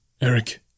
Eric